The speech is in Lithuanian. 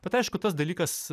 bet aišku tas dalykas